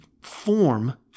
form